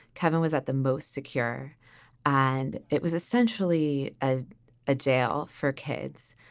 kevin was at the most secure and it was essentially a a jail for kids.